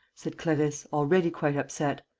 said clarisse, already quite upset.